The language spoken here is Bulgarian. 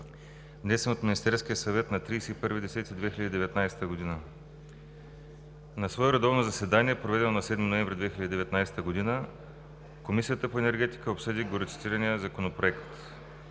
внесен от Министерския съвет на 31 октомври 2019 г. На свое редовно заседание, проведено на 7 ноември 2019 г., Комисията по енергетика обсъди горецитирания законопроект.